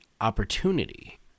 opportunity